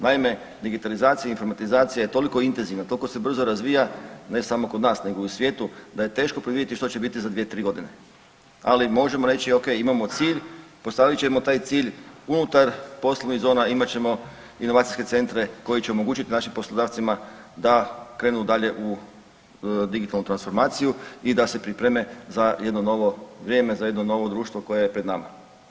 Naime, digitalizacija i informatizacije je toliko intenzivna, toliko se brzo razvija ne samo kod nas nego i u svijetu da je teško predvidjeti što će biti za 2-3.g., ali možemo reći okej imamo cilj, postavit ćemo taj cilj, unutar poslovnih zona imat ćemo inovacijske centre koji će omogućit našim poslodavcima da krenu dalje u digitalnu transformaciju i da se pripreme za jedno novo vrijeme, za jedno novo društvo koje je pred nama.